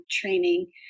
training